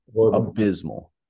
abysmal